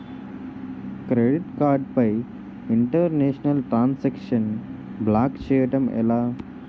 Credit card పై international transaction block చేయటం ఎలా?